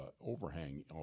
overhang